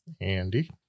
andy